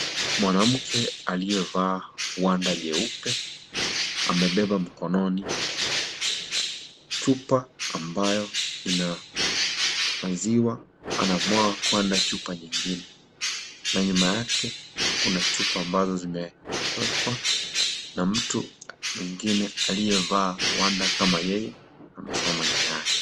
Mwanamke aliyevaa wanda nyeupe amebeba mkononi chupa ambayo ina maziwa anamwaga kwenda chupa nyingine na nyuma yake kuna chupa ambazo zimewekwa na mtu mwingine aliyevaa wanda kama yeye amesimama nyuma yake.